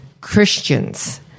Christians